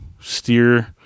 steer –